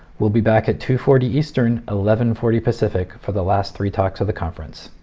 we'll be back at two forty eastern, eleven forty pacific for the last three talks of the conference.